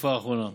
בתקופה האחרונה,